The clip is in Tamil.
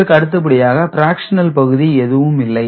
இதற்கு அடுத்தபடியாக பிராக்சனல் பகுதி எதுவும் இல்லை